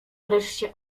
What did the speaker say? wreszcie